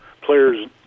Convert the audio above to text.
players